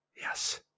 yes